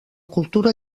cultura